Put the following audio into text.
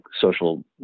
social